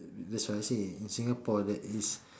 that's what I say in Singapore that is